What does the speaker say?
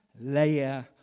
layer